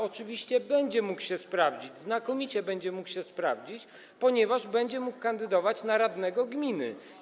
Oczywiście będzie mógł się sprawdzić, znakomicie będzie mógł się sprawdzić, ponieważ będzie mógł kandydować na radnego gminy.